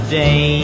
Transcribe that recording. day